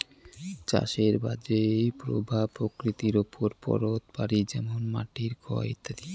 চাষের বাজে প্রভাব প্রকৃতির ওপর পড়ত পারি যেমন মাটির ক্ষয় ইত্যাদি